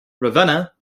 ravenna